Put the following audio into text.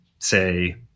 say